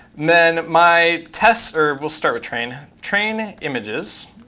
then my test or we'll start with train. train images.